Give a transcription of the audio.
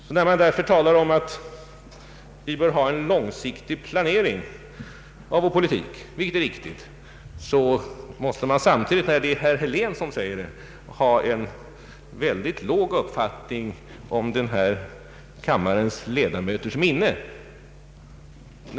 När därför herr Helén talar om att vi bör ha en långsiktig Ang. den ekonomiska politiken planering i vår politik, vilket är riktigt, måste han med sitt förflutna ha en mycket låg uppfattning om denna kammares ledamöters minne.